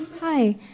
Hi